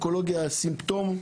אונקולוגיה סימפטום,